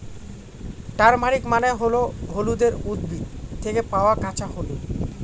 turmeric মানে হল হলুদের উদ্ভিদ থেকে পাওয়া কাঁচা হলুদ